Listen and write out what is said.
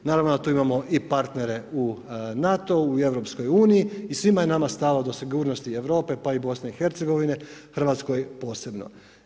Naravno da tu imamo i partnere u NATO-u i u EU i svima je nama stalo do sigurnosti Europe pa i BiH, Hrvatskoj posebno.